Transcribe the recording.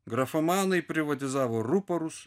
grafomanai privatizavo ruporus